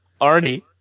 Arnie